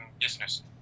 business